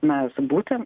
mes būtent